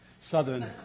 Southern